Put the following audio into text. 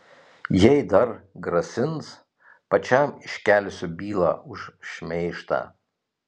jei dar grasins pačiam iškelsiu bylą už šmeižtą